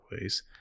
ways